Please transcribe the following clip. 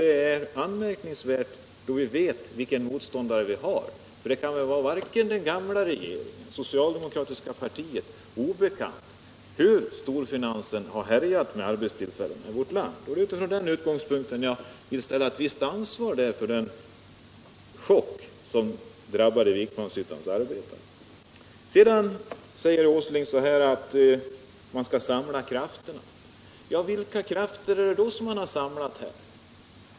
Det är anmärkningsvärt då vi vet vilka motståndare vi har. Det kan inte vara den gamla regeringen, det socialdemokratiska partiet, obekant hur stor finansen har härjat med arbetstillfällena i vårt land. Det är från den Nr 43 utgångspunkten jag vill ställa dem till svars för den chock som drabbade Fredagen den Vikmanshyttans arbetare. 10 december 1976 Herr Åsling säger sedan att man skall samla krafterna. Vilka krafter —— har man samlat?